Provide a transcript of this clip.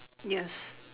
yes